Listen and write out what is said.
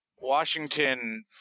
Washington